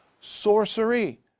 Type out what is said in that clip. sorcery